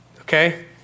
okay